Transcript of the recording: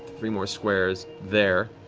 three more squares, there.